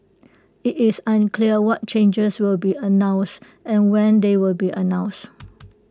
IT is unclear what changes will be announced and when they will be announced